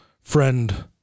friend